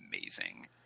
amazing